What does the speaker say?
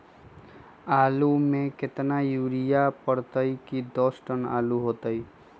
आलु म केतना यूरिया परतई की दस टन आलु होतई?